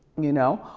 you know,